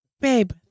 babe